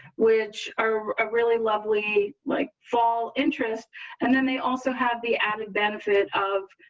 which are really lovely like fall interest and then they also have the added benefit of,